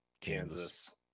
kansas